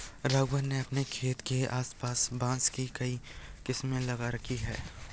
राघवन ने अपने खेत के आस पास बांस की कई किस्में लगा रखी हैं